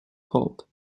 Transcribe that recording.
pulp